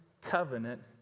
covenant